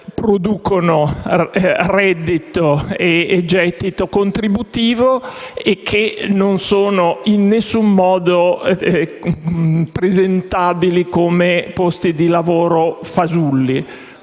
producono reddito e gettito contributivo e non sono in nessun modo qualificabili come posti di lavoro fasulli.